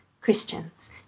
Christians